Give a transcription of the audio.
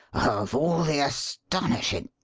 of all the astonishing!